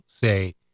say